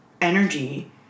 energy